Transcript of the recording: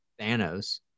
Thanos